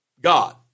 God